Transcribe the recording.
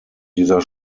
dieser